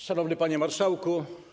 Szanowny Panie Marszałku!